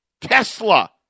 Tesla